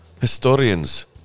Historians